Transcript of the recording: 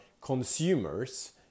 consumers